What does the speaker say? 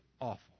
awful